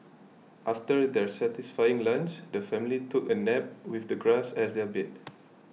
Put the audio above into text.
after their satisfying lunch the family took a nap with the grass as their bed